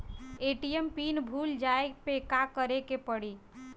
ATM pin भूल जाए पे का करे के पड़ी?